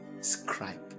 scribe